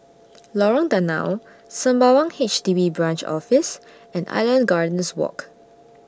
Lorong Danau Sembawang H D B Branch Office and Island Gardens Walk